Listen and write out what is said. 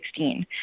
2016